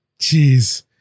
jeez